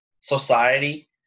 society